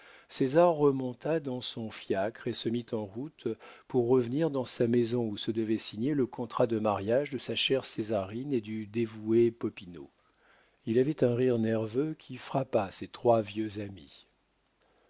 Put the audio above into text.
césar remonta dans son fiacre et se mit en route pour revenir dans sa maison où se devait signer le contrat de mariage de sa chère césarine et du dévoué popinot il avait un rire nerveux qui frappa ses trois vieux amis